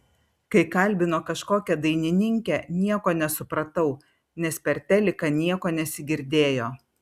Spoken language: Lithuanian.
kai kalbino kažkokią dainininkę nieko nesupratau nes per teliką nieko nesigirdėjo